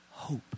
Hope